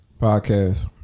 Podcast